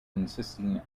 consisting